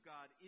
God